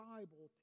Bible